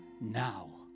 now